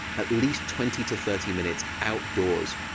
at least twenty to thirty minutes outdoors.